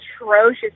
atrocious